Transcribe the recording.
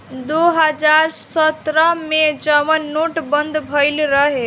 दो हज़ार सत्रह मे जउन नोट बंदी भएल रहे